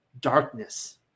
darkness